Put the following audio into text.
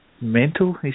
Mental